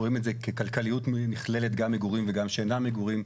רואים את זה ככלכליות נכללת גם מגורים וגם שאינם מגורים.